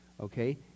Okay